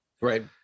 Right